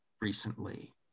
recently